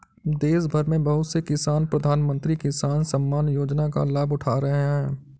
देशभर में बहुत से किसान प्रधानमंत्री किसान सम्मान योजना का लाभ उठा रहे हैं